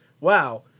wow